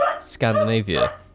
Scandinavia